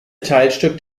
teilstück